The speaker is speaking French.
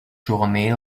journée